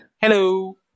Hello